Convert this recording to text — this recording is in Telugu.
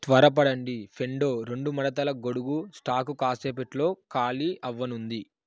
త్వరపడండి ఫెన్డో రెండు మడతల గొడుగు స్టాకు కాసేపట్లో ఖాళీ అవ్వనుంది